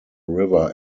river